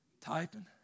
Typing